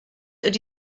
ydy